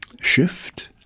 Shift